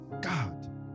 God